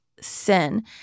sin